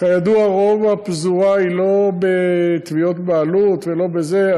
כידוע, רוב הפזורה היא לא בתביעות בעלות ולא בזה.